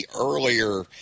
earlier